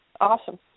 Awesome